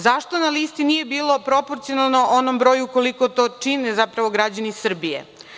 Zašto na listi nije bilo proporcionalno onom broju koliko to čine zapravo građani Srbije?